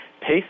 pace